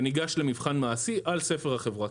וניגש למבחן מעשי על ספר החברה.